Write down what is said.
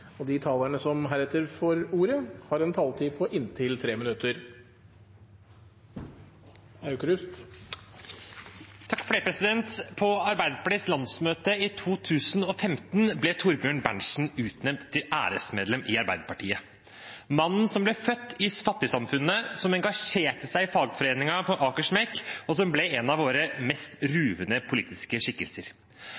De talere som heretter får ordet, har en taletid på inntil 3 minutter. På Arbeiderpartiets landsmøte i 2015 ble Thorbjørn Berntsen utnevnt til æresmedlem i Arbeiderpartiet – mannen som ble født i fattigsamfunnet, som engasjerte seg i fagforeningen på Akers mek., og som ble en av våre mest